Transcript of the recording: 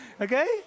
okay